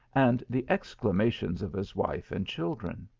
and the exclamations of his wife and children.